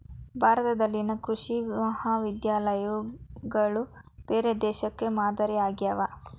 ಭಾರತದಲ್ಲಿನ ಕೃಷಿ ಮಹಾವಿದ್ಯಾಲಯಗಳು ಬೇರೆ ದೇಶಕ್ಕೆ ಮಾದರಿ ಆಗ್ಯಾವ